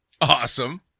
Awesome